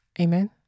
Amen